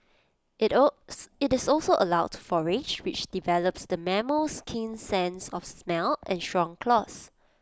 IT IT is also allowed to forage which develops the mammal's keen sense of smell and strong claws